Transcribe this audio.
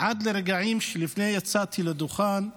עד לרגעים שלפני יציאתי אל דוכן,